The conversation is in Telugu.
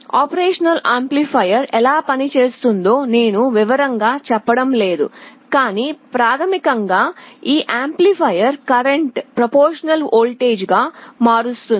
కార్యాచరణ యాంప్లిఫైయర్ ఎలా పనిచేస్తుందో నేను వివరంగా చెప్పడం లేదు కానీ ప్రాథమికంగా ఈ యాంప్లిఫైయర్ కరెంట్ను అనుపాత వోల్టేజ్గా మారుస్తుంది